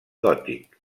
gòtic